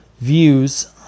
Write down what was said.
views